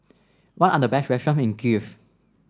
what are the best restaurants in Kiev